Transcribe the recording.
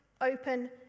open